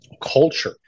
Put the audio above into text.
culture